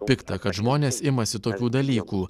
pikta kad žmonės imasi tokių dalykų